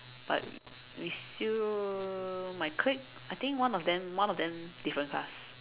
but we still my clique I think one of them one of them different class